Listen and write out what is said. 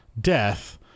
death